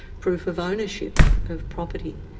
proof of ownership of property,